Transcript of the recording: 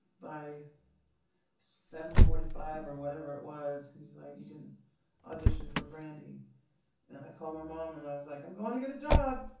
by seven forty-five or whatever it was he's like and you can audition for brandy and i call my mom and i was like i'm going to get a job